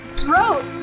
throat